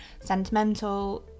sentimental